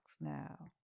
now